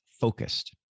focused